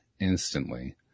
instantly